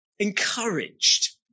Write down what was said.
encouraged